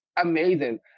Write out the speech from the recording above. Amazing